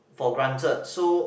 for granted so